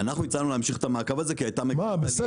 אנחנו הצענו להמשיך את המעקב הזה כי הייתה מגמת עלייה --- נו בסדר,